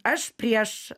aš prieš